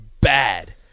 bad